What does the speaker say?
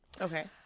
okay